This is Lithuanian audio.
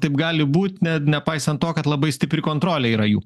taip gali būt net nepaisant to kad labai stipri kontrolė yra jų